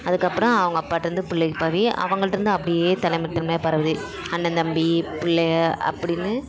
அதுக்கப்புறம் அவங்க அப்பாகிட்டேருந்து பிள்ளைக்கி பரவி அவங்கள்கிட்டேருந்து அப்படியே தலைமுறை தலைமுறையாக பரவுது அண்ணன் தம்பி பிள்ளைக அப்படின்னு